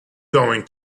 going